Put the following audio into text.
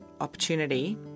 opportunity